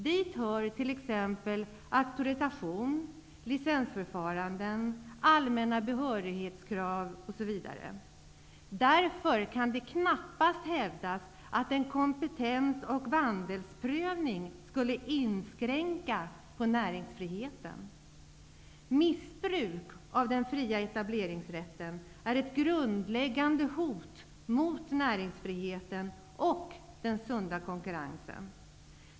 Dit hör auktorisation, licensförfarande, allmänna behörighetskrav, m.m. Det kan därför knappast hävdas att en kompetens och vandelsprövning skulle inskränka näringsfriheten. Missbruk av den fria etableringsrätten är ett grundläggande hot mot näringsfriheten och den sunda konkurrensen.